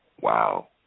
Wow